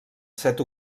set